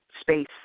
space